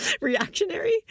Reactionary